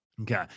Okay